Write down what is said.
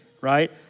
right